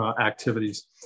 activities